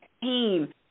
team